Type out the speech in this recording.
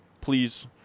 please